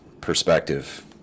perspective